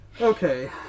okay